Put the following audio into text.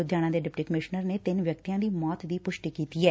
ਲੁਧਿਆਣਾ ਦੇ deputy commissioner ਨੇ ਤਿੰਨ ਵਿਅਕਤੀਆਂ ਦੀ ਸੌਤ ਦੀ ਪੁਸ਼ਟੀ ਕੀਤੀ ਐ